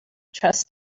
trust